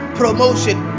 promotion